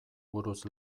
buruz